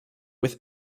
with